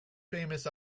famous